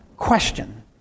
question